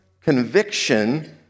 conviction